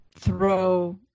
throw